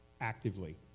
actively